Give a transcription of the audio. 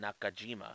Nakajima